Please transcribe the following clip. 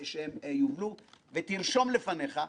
בכל משפט יש אאפשר לך,